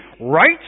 right